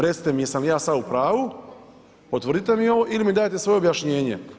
Recite mi jesam li ja sada u pravu, potvrdite mi ovo ili mi dajte svoje objašnjenje?